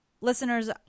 Listeners